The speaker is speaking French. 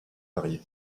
varié